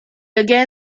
again